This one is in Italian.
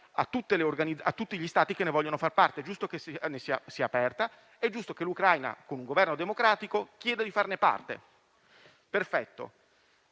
a tutti gli Stati che ne vogliono far parte. È giusto che sia aperta ed è giusto che l'Ucraina, con un Governo democratico, chieda di farne parte. Anche